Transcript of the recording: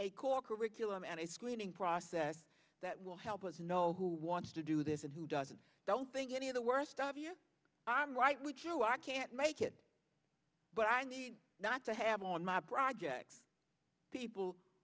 a core curriculum and a screening process that will help us know who wants to do this and who doesn't don't think any of the worst of your arm right which you are can't make it but i need not to have on my projects people